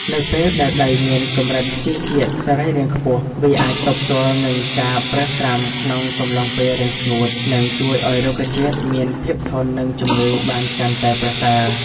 នៅពេលដែលដីមានកម្រិតជីជាតិសរីរាង្គខ្ពស់ វាអាចទប់ទល់នឹងការប្រេះស្រាំក្នុងកំឡុងពេលរាំងស្ងួត និងជួយឱ្យរុក្ខជាតិមានភាពធន់នឹងជំងឺបានកាន់តែប្រសើរ។